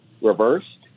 reversed